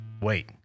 wait